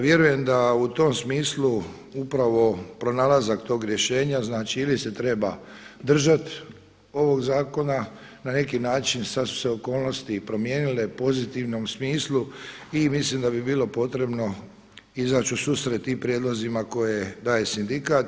Vjerujem da u tom smislu upravo pronalazak tog rješenja, znači ili se treba držati ovog zakona na neki način sad su se okolnosti i promijenile u pozitivnom smislu, i mislim da bi bilo potrebno izaći u susret i prijedlozima koje daje sindikat.